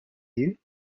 you